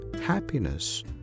happiness